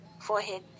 forehead